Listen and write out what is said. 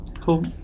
Cool